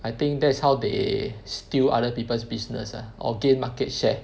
I think that's how they steal other people's business ah or gain market share